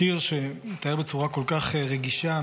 שיר שמתאר בצורה כל כך רגישה,